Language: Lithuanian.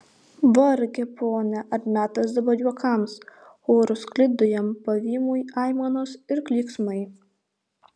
varge pone ar metas dabar juokams choru sklido jam pavymui aimanos ir klyksmai